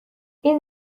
این